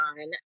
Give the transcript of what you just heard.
on